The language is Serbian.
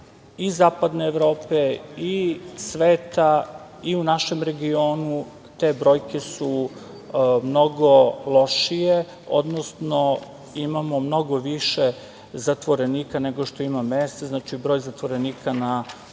i zapadne Evrope i sveta i u našem regionu te brojke su mnogo lošije, odnosno imamo mnogo više zatvorenika nego što ima mesta. Znači, broj zatvorenika na 100